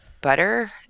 butter